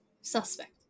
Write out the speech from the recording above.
Suspect